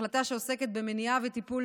החלטה שעוסקת במניעה וטיפול